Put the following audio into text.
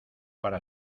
para